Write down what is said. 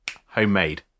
homemade